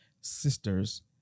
sisters